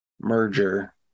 merger